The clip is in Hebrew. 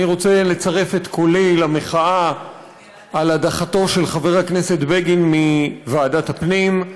אני רוצה לצרף את קולי למחאה על הדחתו של חבר הכנסת בגין מוועדת הפנים,